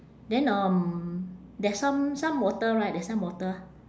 then um there's some some water right there's some water